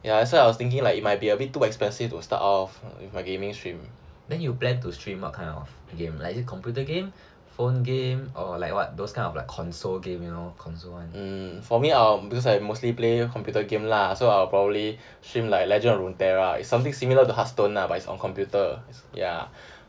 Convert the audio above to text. ya that's why I was thinking like it might be a bit too expensive to start off with my gaming stream hmm for me because like I mostly play computer game lah so I'll probably stream like legend of rotera it's like something similar to heart stone lah but it's on computer